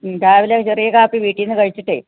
മ് രാവിലെ ചെറിയ കാപ്പി വീട്ടിൽനിന്ന് കഴിച്ചിട്ടേ